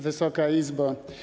Wysoka Izbo!